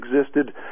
existed